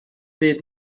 byd